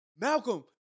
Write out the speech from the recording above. Malcolm